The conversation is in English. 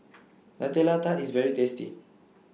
Nutella Tart IS very tasty